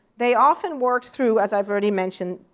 they often work through, as i've already mentioned,